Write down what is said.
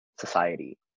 society